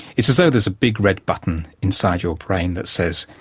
it's as though there's a big red button inside your brain that says,